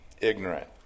ignorant